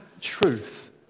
truth